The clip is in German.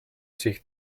sich